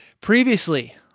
Previously